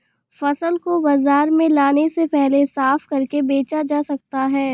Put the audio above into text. फसल को बाजार में लाने से पहले साफ करके बेचा जा सकता है?